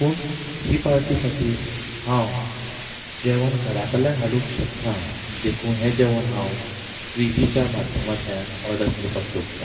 पूण हे पार्टी खातीर हांव जेवण घरा कडल्यान हाडूंक शकना देखून हें जेवण हांव स्विगीच्या माध्यमांतल्यान ऑर्डर करपाक सोदतां